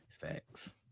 Facts